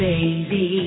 Baby